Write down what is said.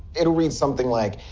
it'll read something like,